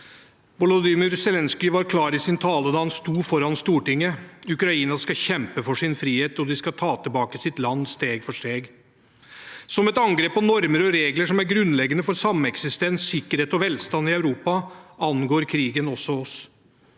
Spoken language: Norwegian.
Volodymyr Zelenskyj var klar i sin tale da han sto foran Stortinget: Ukraina skal kjempe for sin frihet, og de skal ta tilbake sitt land steg for steg. Som et angrep på normer og regler som er grunnleggende for sameksistens, sikkerhet og velstand i Europa, angår krigen også oss.